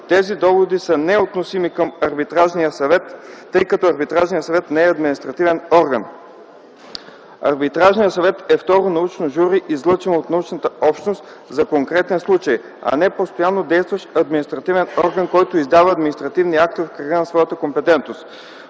Тези доводи са неотносими, тъй като Арбитражният съвет не е административен орган. Арбитражният съвет е второ научно жури, излъчено от научната общност за конкретен случай, а не постоянно действащ административен орган, който издава административни актове в кръга на своята компетентност.